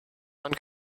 man